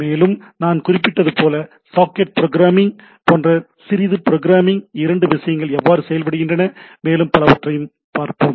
மேலும் நான் குறிப்பிட்டது போல சாக்கெட் புரோகிராமிங் போன்ற சிறிது புரோகிராமிங் இரண்டு விஷயங்கள் எவ்வாறு செயல்படுகின்றன மேலும் பலவற்றை பற்றியும் பார்ப்போம்